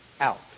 out